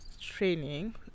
training